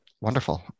Wonderful